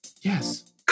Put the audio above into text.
Yes